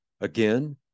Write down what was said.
Again